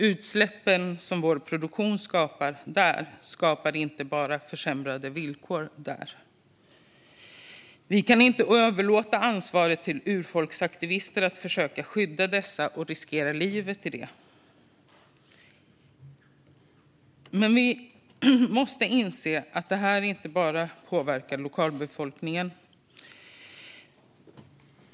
Utsläppen som vår produktion skapar där skapar inte bara försämrade villkor. Vi kan inte bara överlåta ansvaret till urfolksaktivister att försöka skydda detta och därigenom riskera livet. Vi måste inse att det här inte bara påverkar lokalbefolkningen.